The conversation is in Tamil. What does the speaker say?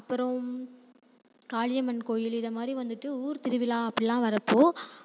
அப்புறம் காளியம்மன் கோவில் இது மாதிரி வந்துட்டு ஊர் திருவிழா அப்படியெலாம் வரப்போது